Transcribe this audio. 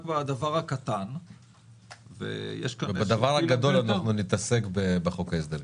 בדבר הקטן --- בדבר הגדול אנחנו נתעסק בחוק ההסדרים.